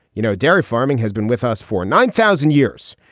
you know, dairy farming has been with us for nine thousand years.